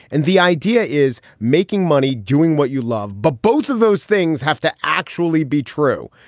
and the idea is making money, doing what you love. but both of those things have to actually be true.